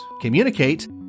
Communicate